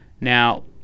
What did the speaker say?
now